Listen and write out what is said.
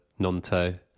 Nonto